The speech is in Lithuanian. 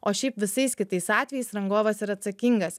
o šiaip visais kitais atvejais rangovas yra atsakingas